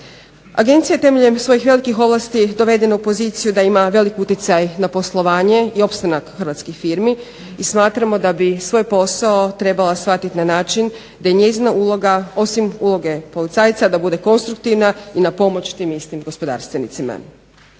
Agencija je temeljem svojih velikih ovlasti dovedena u poziciju da ima velik uticaj na poslovanje i opstanak hrvatskih firmi i smatramo da bi svoj posao trebala shvatiti na način da je njezina uloga osim uloge policajca da bude konstruktivna i na pomoć tim istim gospodarstvenicima.